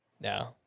No